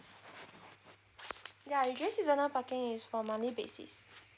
ya usually seasonal parking is for monthly basis